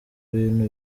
bintu